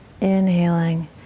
inhaling